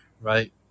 right